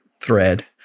thread